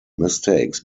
mistakes